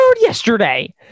yesterday